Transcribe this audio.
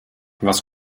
was